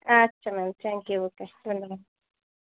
আচ্ছা ma'am thank you okay ধন্যবাদ